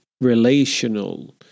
relational